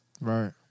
right